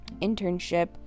internship